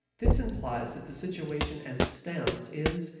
this implies that the situation as it stands is,